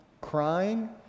crying